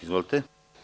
Izvolite.